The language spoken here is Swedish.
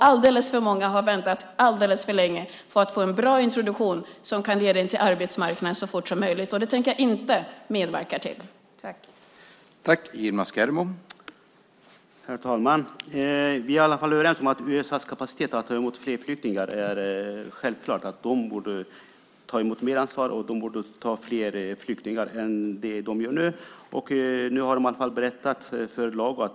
Alldeles för många har väntat alldeles för länge på att få en bra introduktion som kan leda in på arbetsmarknaden så fort som möjligt, och jag tänker inte medverka till att det fortsätter.